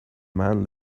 man